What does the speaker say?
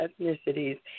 ethnicities